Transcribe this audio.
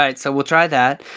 um so we'll try that.